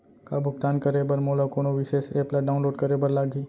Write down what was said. का भुगतान करे बर मोला कोनो विशेष एप ला डाऊनलोड करे बर लागही